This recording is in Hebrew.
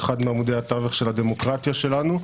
אחד מעמודי התווך של הדמוקרטיה שלנו,